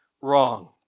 wrong